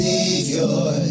Savior